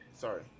sorry